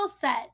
set